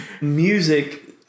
music